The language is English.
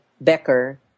Becker